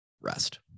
rest